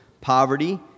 poverty